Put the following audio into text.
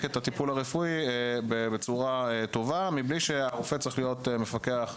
את הטיפול הרפואי בצורה טובה בלי שהרופא צריך להיות מפקח.